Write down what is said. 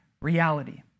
reality